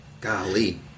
Golly